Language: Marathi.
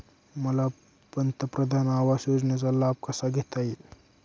मला पंतप्रधान आवास योजनेचा लाभ कसा घेता येईल?